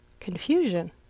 confusion